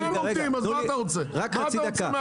כולם עומדים, אז מה אתה רוצה?